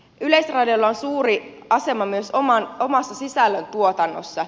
yleisradiolla on suuri asema myös omassa sisällöntuotannossa